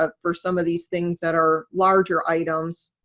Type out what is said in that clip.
ah for some of these things that are larger items,